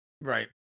Right